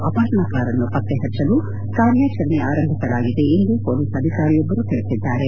ಅಪಪರಣಕಾರರನ್ನು ಪತ್ತೆ ಪಚ್ಚಲು ಕಾರ್ಯಾಚರಣೆ ಆರಂಭಿಸಲಾಗಿದೆ ಎಂದು ಪೊಲೀಸ್ ಅಧಿಕಾರಿಯೊಬ್ಬರು ತಿಳಿಸಿದ್ದಾರೆ